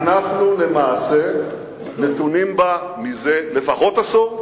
שאנחנו למעשה נתונים בה מזה לפחות עשור.